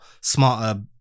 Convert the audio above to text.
Smarter